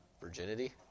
virginity